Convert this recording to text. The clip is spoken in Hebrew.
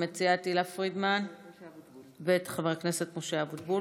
המציעה תהלה פרידמן וחבר הכנסת משה אבוטבול.